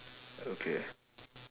okay